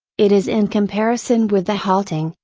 it is in comparison with the halting,